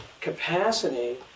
capacity